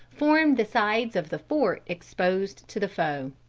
formed the sides of the fort exposed to the foe.